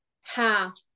half